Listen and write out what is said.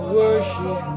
worship